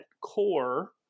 core